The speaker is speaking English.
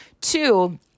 Two